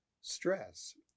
Stress